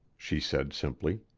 she said simply.